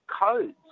codes